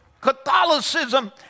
Catholicism